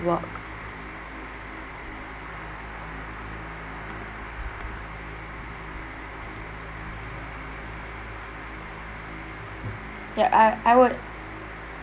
work ya I I would I would